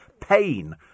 pain